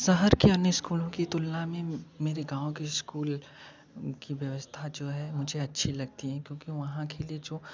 शहर के अन्य स्कूलों की तुलना में मेरे गाँव की इस्कूल की व्यवस्था जो है मुझे अच्छी लगती है क्योंकि वहाँ के लिए जो